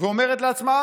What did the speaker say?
ואומרת לעצמה: